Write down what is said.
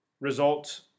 result